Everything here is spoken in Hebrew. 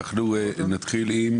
אנחנו נתחיל עם